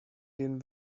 den